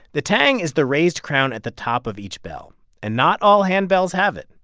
the tang is the raised crown at the top of each bell and not all handbells have it,